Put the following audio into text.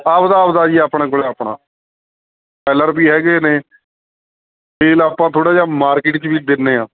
ਆਪਣਾ ਆਪਣਾ ਜੀ ਆਪਣੇ ਕੋਲ ਆਪਣਾ ਸੈਲਰ ਵੀ ਹੈਗੇ ਨੇ ਤੇਲ ਆਪਾਂ ਥੋੜ੍ਹਾ ਜਿਹਾ ਮਾਰਕਿਟ 'ਚ ਵੀ ਦਿੰਦੇ ਹਾਂ